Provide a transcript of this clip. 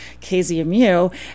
kzmu